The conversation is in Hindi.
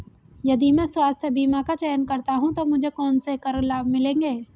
यदि मैं स्वास्थ्य बीमा का चयन करता हूँ तो मुझे कौन से कर लाभ मिलेंगे?